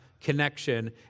connection